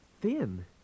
thin